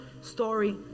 story